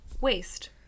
waste